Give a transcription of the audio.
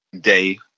day